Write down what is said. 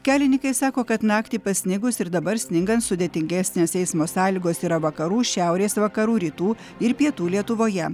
kelinikai sako kad naktį pasnigus ir dabar sningant sudėtingesnės eismo sąlygos yra vakarų šiaurės vakarų rytų ir pietų lietuvoje